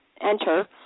enter